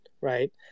Right